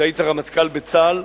שהיית רמטכ"ל בצה"ל,